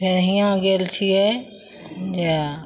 फेर यहाँ गेल छियै जा